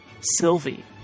Sylvie